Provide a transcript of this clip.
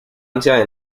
infancia